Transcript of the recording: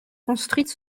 construites